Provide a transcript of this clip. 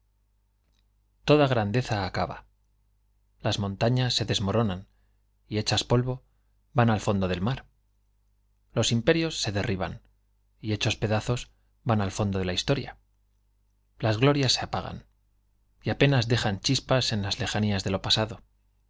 y grandeza acaba las montañas desmoronan se toda y hechas polvo van al fondo del mar los imperios se al fondo de la histo derriban y hechos pedazos van ria las glorias se apagan y apenas dejan chispas en las lejanías de lo pasado